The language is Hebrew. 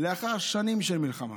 לאחר שנים של מלחמה